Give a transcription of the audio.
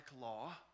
law